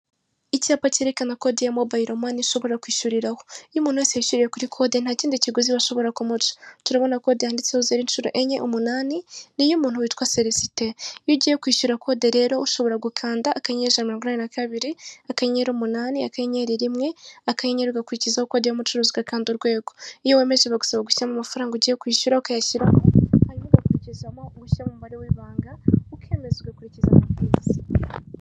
Icyapa kerekana kode ya mobayilo mani ushobora kwishyuriraho. Iyo umuntu wese yishyuriye kuri kode, nta kindi kiguzi bashobora kumuca. Turabona yanditseho zero inshuro enye umunani, ni iy'umuntu witwa Selesite. Iyo ugiye kwishyura kode rero, ushobora gukanda akanyenyeri ijana na mirongwinani na kabiri, akanyenyeri umunani, akanyenyeri rimwe, akanyenyeri ugakurikizaho kode y'umucuruzi ugakanda urwego. Iyo wemeje bagusaba gushyiramo amafaranga ugiye kwishyura ukayashyiramo, hanyuma ugakurizamo gushyiramo umubare w'ibanga, ukemeza ugakurikiza amabwiriza.